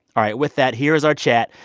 all right, with that, here is our chat.